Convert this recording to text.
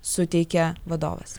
suteikia vadovas